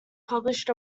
published